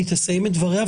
היא תסיים את דבריה,